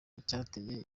icyateye